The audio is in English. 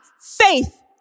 faith